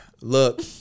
Look